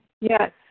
Yes